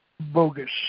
bogus